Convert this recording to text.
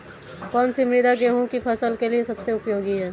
कौन सी मृदा गेहूँ की फसल के लिए सबसे उपयोगी है?